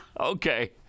Okay